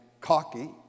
cocky